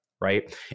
right